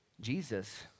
jesus